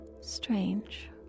strange